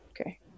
Okay